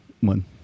one